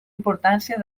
importància